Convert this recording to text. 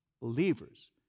believers